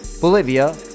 Bolivia